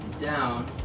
down